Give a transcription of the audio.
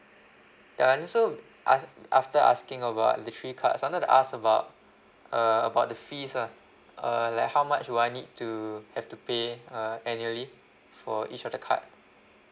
ya and so af~ after asking about the three cards I wanted to ask about uh about the fees lah uh like how much do I need to have to pay uh annually for each of the card